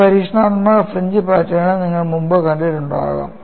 ഈ പരീക്ഷണാത്മക ഫ്രിഞ്ച് പാറ്റേണുകൾ നിങ്ങൾ മുമ്പ് കണ്ടിട്ടുണ്ടാകാം